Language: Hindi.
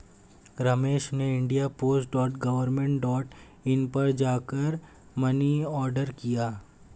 रमेश ने India post dot government dot in पर जा कर मनी ऑर्डर किया